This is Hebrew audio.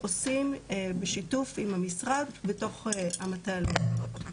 עושים בשיתוף עם המשרד בתוך המטה הלאומי.